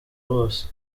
bose